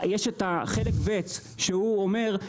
יש את חלק ב' שהוא אומר,